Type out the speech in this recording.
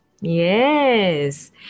Yes